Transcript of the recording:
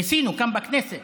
ניסינו כאן בכנסת